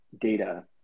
data